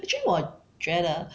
actually 我觉得